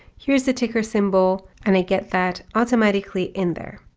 here's the ticker symbol. and i get that automatically in there.